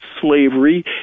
slavery